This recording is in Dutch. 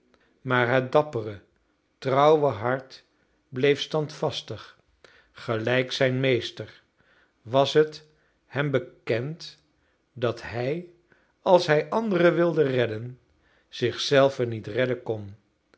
maar het dappere trouwe hart bleef standvastig gelijk zijn meester was het hem bekend dat hij als hij anderen wilde redden zich zelven niet redden kon